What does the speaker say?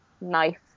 knife